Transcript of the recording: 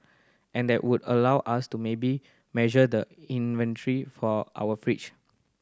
and that would allow us to maybe measure the inventory for our fridge